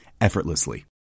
effortlessly